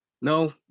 No